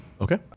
Okay